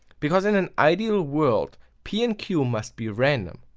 because in an ideal world, p and q must be random.